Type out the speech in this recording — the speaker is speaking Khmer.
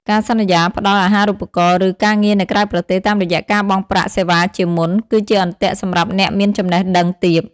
ការសន្យាផ្តល់ "អាហារូបករណ៍" ឬ "ការងារនៅក្រៅប្រទេស" តាមរយៈការបង់ប្រាក់សេវាជាមុន គឺជាអន្ទាក់សម្រាប់អ្នកមានចំណេះដឹងទាប។